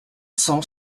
cent